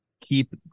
keep